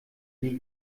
die